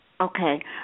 Okay